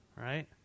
right